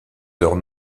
heures